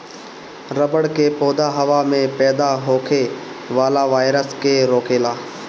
रबड़ के पौधा हवा में पैदा होखे वाला वायरस के रोकेला